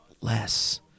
less